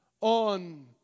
on